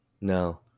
No